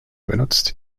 benutzt